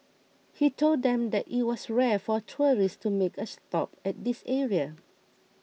he told them that it was rare for tourists to make a stop at this area